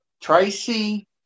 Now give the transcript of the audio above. Tracy